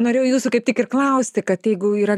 norėjau jūsų kaip tik ir klausti kad jeigu yra